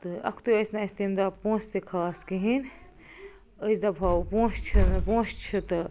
تہٕ اکھتٕے ٲسۍ نہٕ اسہِ تمہِ دۄہ پوٚنٛسہٕ تہِ خاص کِہیٖنۍ أسۍ دپہاو پوٚنٛسہٕ چھِنہٕ پوٚنٛسہٕ چھِ تہٕ